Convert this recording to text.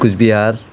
Cooch Behar